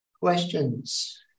questions